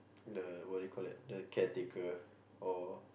the what do you call that the caretaker or